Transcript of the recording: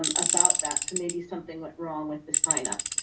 um about that. so maybe something went wrong with the signup.